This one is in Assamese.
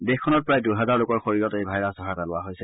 দেশখনত প্ৰায় দুহাজাৰ লোকৰ শৰীৰত এই ভাইৰাছ ধৰা পেলোৱা হৈছে